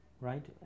right